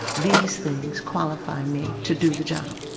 these things qualify me to do the job.